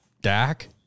Dak